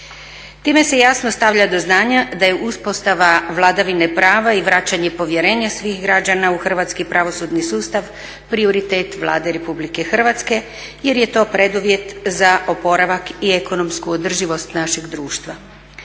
Time se jasno stavlja do znanja da je uspostava vladavine prava i vraćanje povjerenja svih građana u hrvatski pravosudni sustav prioritet Vlade Republike Hrvatske jer je to preduvjet za oporavak i ekonomsku održivost našeg društva.